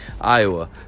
iowa